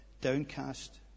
downcast